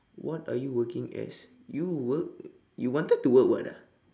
what are you working as you work you wanted to work what ah